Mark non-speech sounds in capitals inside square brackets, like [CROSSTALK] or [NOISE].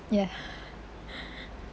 ya [NOISE]